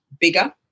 bigger